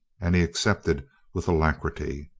and he accepted with alacrity.